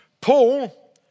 Paul